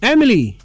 Emily